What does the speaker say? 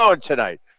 tonight